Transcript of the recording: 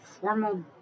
formal